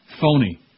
Phony